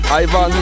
Ivan